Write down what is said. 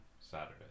Saturday